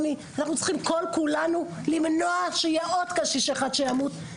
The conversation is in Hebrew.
אנחנו צריכים כולנו למנוע את מות הקשיש הבא באופן הזה,